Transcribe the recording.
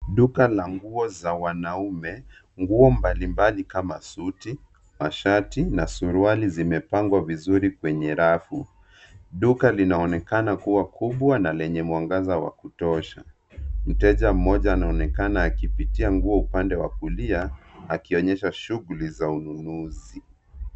Duka la nguo za wanaume. Nguo mbalimbali kama suti, mashati na suruali zimepangwa vizuri kwenye rafu. Duka linaonekana kuwa kubwa na lenye mwangaza wa kutosha. Mteja mmoja anaonekana akipitia nguo upande wa kulia akionyesha shughuli za ununuzi.